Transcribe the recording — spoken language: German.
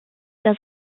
das